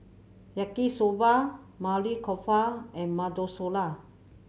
Yaki Soba Maili Kofta and La